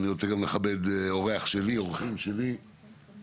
אני רוצה גם לכבד אורחים שלי מארצות-הברית,